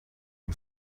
who